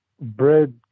bread